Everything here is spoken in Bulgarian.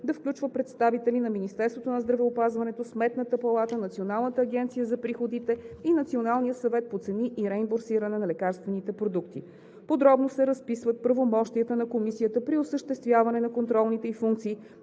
да включва представители на Министерството на здравеопазването, Сметната палата, Националната агенция за приходите и Националния съвет по цени и реимбурсиране на лекарствените продукти. Подробно се разписват правомощията на комисията при осъществяване на контролните ѝ функции,